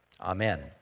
Amen